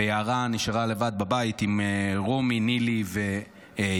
ויערה נשארה לבד בבית עם רומי, נילי ויהב.